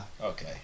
Okay